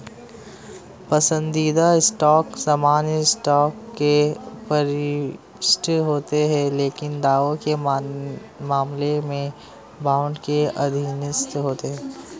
पसंदीदा स्टॉक सामान्य स्टॉक से वरिष्ठ होते हैं लेकिन दावों के मामले में बॉन्ड के अधीनस्थ होते हैं